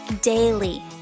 daily